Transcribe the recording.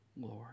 Lord